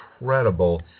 incredible